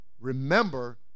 remember